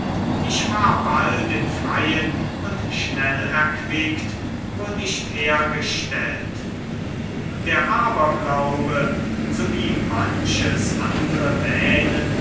ich war bald im freien und schnell erquickt wo nicht hergestellt der aberglaube sowie manches andre wähnen